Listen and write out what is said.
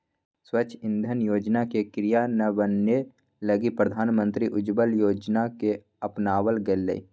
स्वच्छ इंधन योजना के क्रियान्वयन लगी प्रधानमंत्री उज्ज्वला योजना के अपनावल गैलय